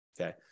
okay